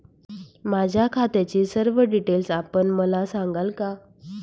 माझ्या खात्याचे सर्व डिटेल्स आपण मला सांगाल का?